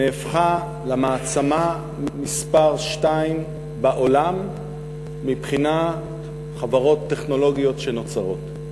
נהפכה למעצמה מספר שתיים בעולם מבחינת חברות טכנולוגיות שנוצרות.